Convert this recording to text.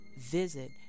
visit